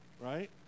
right